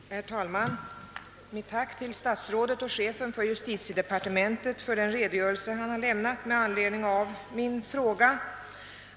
Herr talman! Jag ber att få uttala mitt tack till statsrådet och chefen för justitiedepartementet för den redogörelse han har lämnat med anledning av min fråga.